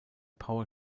power